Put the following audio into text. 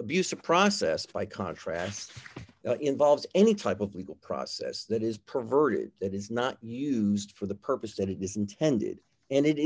abuse of process by contrast involves any type of legal process that is perverted that is not used for the purpose that it is intended and it